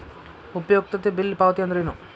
ಉಪಯುಕ್ತತೆ ಬಿಲ್ ಪಾವತಿ ಅಂದ್ರೇನು?